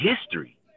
history